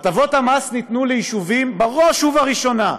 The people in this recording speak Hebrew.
הטבות המס ניתנו ליישובים בראש וראשונה,